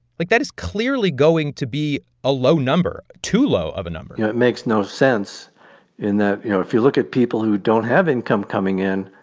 like, that is clearly going to be a low number, too low of a number you know, it makes no sense in that, you know, if you look at people who don't have income coming in,